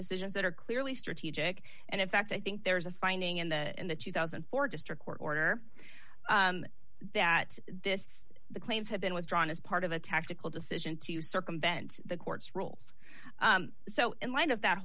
decisions that are clearly strategic and in fact i think there's a finding in the in the two thousand and four district court order that this the claims have been withdrawn as part of a tactical decision to circumvent the court's rules so in light of that